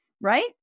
Right